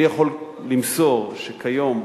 אני יכול למסור שכיום,